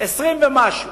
20 ומשהו,